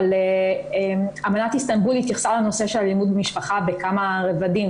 אבל אמנת איסטנבול התייחסה לנושא של אלימות במשפחה בכמה רבדים